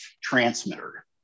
transmitter